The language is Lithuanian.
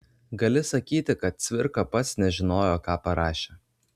gali sakyti kad cvirka pats nežinojo ką parašė